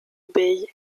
bei